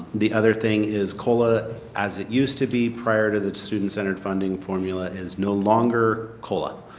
the other thing is cola, as it used to be prior to the student center funding formula is no longer cola.